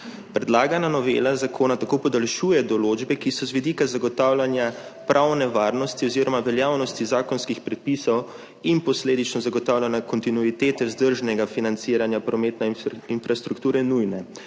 Predlagana novela zakona tako podaljšuje določbe, ki so z vidika zagotavljanja pravne varnosti oziroma veljavnosti zakonskih predpisov in posledično zagotavljanja kontinuitete vzdržnega financiranja prometne infrastrukture nujne,